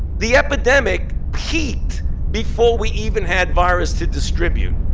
the epidemic peaked before we even had virus to distribute.